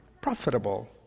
profitable